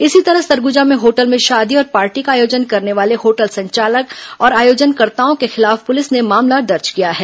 इसी तरह सरगुजा में होटल में शादी और पार्टी का आयोजन करने वाले होटल संचालक और आयोजनकर्ताओं के खिलाफ पुलिस ने मामला दर्ज किया है